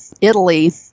Italy